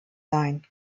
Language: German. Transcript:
sein